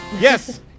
yes